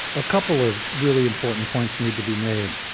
a couple of really important points need to be made.